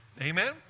Amen